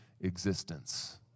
existence